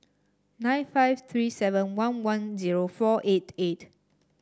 nine five three seven one one zero four eight eight